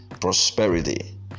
prosperity